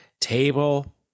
table